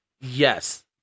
Yes